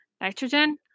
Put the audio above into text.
Nitrogen